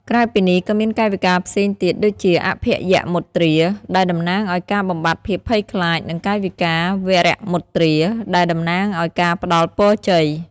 ក្រៅពីនេះ ក៏មានកាយវិការផ្សេងទៀតដូចជា អភយមុទ្រា ដែលតំណាងឱ្យការបំបាត់ភាពភ័យខ្លាច និងកាយវិការ វរមុទ្រា ដែលតំណាងឱ្យការផ្ដល់ពរជ័យ។